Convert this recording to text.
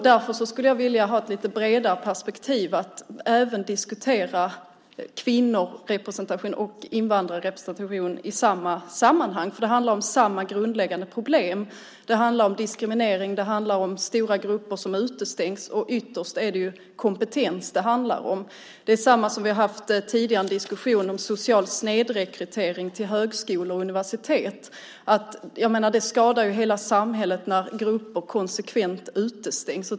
Därför vill jag ha ett bredare perspektiv för att även diskutera kvinno och invandrarrepresentation i samma sammanhang. Det handlar om samma grundläggande problem. Det handlar om diskriminering, och det handlar om stora grupper som utestängs. Ytterst handlar det om kompetens. Vi har tidigare haft en diskussion om social snedrekrytering till högskolor och universitet. Det skadar hela samhället när grupper konsekvent utestängs.